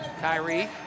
Kyrie